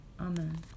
amen